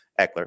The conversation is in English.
Eckler